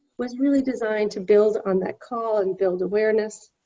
was really designed to build on that call and build awareness.